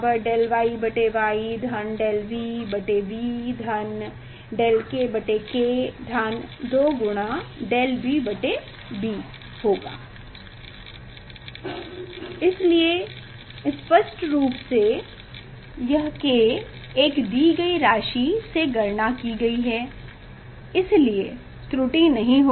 तो यह विशिष्ट आवेश qm को यदि हम S कहें तो YV KB2 का log लीजिए तो फिर ΔSS ΔYY ΔVV ΔKK 2ΔBB इसलिए स्पष्ट रूप से यह Kएक दी गयी राशि से गणना की गयी है इसलिए त्रुटि नहीं होगी